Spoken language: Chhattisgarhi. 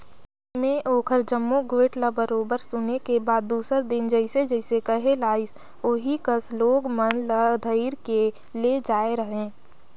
में ओखर जम्मो गोयठ ल बरोबर सुने के बाद दूसर दिन जइसे जइसे कहे लाइस ओही कस लोग मन ल धइर के ले जायें रहें